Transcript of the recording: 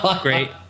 Great